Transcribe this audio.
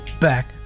back